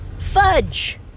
fudge